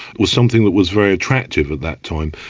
was something that was very attractive at that time.